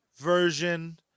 version